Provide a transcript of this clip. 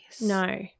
No